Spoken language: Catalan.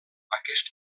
aquest